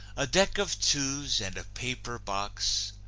a deck of twos and a paper box,